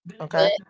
Okay